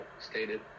stated